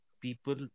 people